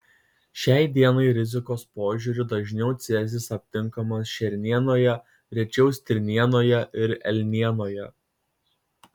šiai dienai rizikos požiūriu dažniau cezis aptinkamas šernienoje rečiau stirnienoje ir elnienoje